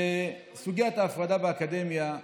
סוגיית ההפרדה באקדמיה.